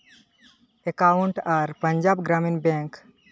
account ᱟᱨ Punjab Gramin bank